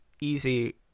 easy